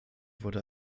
wurde